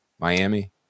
Miami